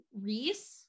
Reese